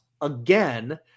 again